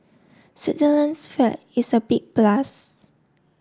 Switzerland's flag is a big plus